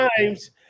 times